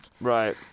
Right